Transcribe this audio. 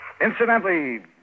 Incidentally